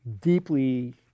deeply